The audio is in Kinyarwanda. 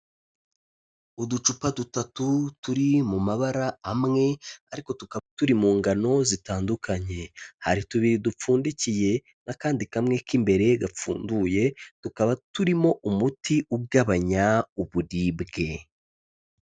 Uducupa dutatu turi mu mabara amwe ariko tukaba turi mu ngano zitandukanye, hari tubiri dupfundikiye n'akandi kamwe k'imbere gapfunduye, tukaba turimo umuti ugabanya uburibwe.